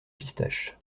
pistache